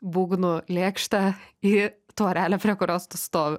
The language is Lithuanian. būgnų lėkštę į tvorelę prie kurios tu stovi